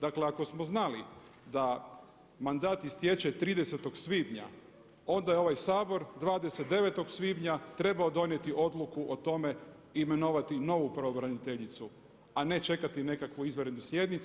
Dakle ako smo znali da mandat istječe 30. svibnja, onda je ovaj Sabor 29. svibnja trebao donijeti odluku o tome i imenovati novu pravobraniteljicu, a ne čekati nekakvu izvanrednu sjednicu.